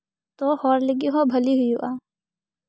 ᱛᱚ ᱦᱚᱲ ᱞᱟᱹᱜᱤᱫ ᱦᱚᱸ ᱵᱷᱟᱞᱤ ᱦᱩᱭᱩᱜᱼᱟ